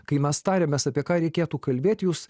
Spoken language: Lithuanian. kai mes tariamės apie ką reikėtų kalbėt jūs